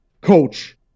Coach